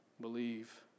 believe